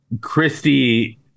Christie